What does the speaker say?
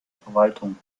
verwaltung